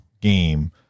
game